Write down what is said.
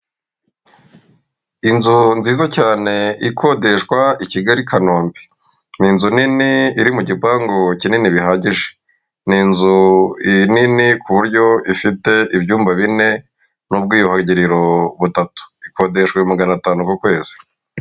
Inzu nziza cyane ikodeshwa i Kigali, i Kanombe, ni inzu nini iri mu gipangu kinini bihagije. Ni inzu nini ku buryo ifite ibyumba bine n'ubwiyuhageriro butatu, ikodeshwa ibihimbi magana atanu ku kwezi.